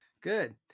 Good